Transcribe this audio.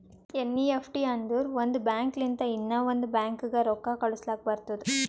NEFT ಅಂದುರ್ ಒಂದ್ bank ಲಿಂತ ಇನ್ನಾ ಒಂದ್ ಬ್ಯಾಂಕ್ಗ ರೊಕ್ಕಾ ಕಳುಸ್ಲಾಕ್ ಬರ್ತುದ್